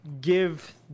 give